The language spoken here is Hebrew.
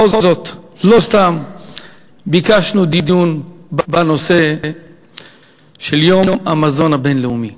בכל זאת לא סתם ביקשנו דיון בנושא של יום המזון הבין-לאומי.